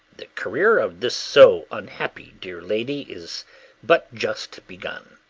the career of this so unhappy dear lady is but just begun.